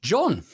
John